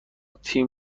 تیم